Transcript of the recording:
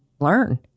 learn